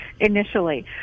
initially